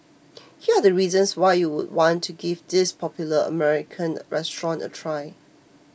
here are the reasons why you would want to give this popular American restaurant a try